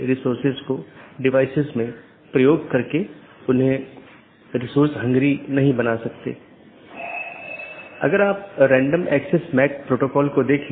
इन protocol के उदाहरण OSPF हैं और RIP जिनमे मुख्य रूप से इस्तेमाल किया जाने वाला प्रोटोकॉल OSPF है